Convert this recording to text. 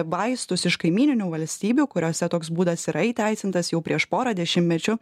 vaistus iš kaimyninių valstybių kuriose toks būdas yra įteisintas jau prieš porą dešimtmečių